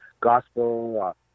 gospel